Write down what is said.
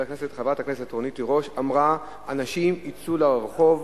חברת הכנסת רונית תירוש, אמרה: אנשים יצאו לרחוב.